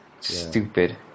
stupid